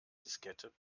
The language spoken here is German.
diskette